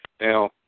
Now